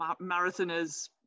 marathoners